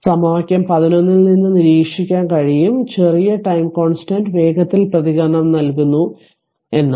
സമവാക്യം 11 ൽ നിന്ന് നിരീക്ഷിക്കാൻ കഴിയും ചെറിയ ടൈം കൊൻസ്ടന്റ് വേഗത്തിൽ പ്രതികരണം നൽകുന്നു എന്ന്